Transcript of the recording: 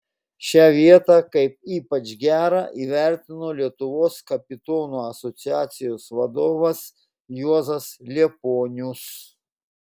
šią vietą kaip ypač gerą įvertino lietuvos kapitonų asociacijos vadovas juozas liepuonius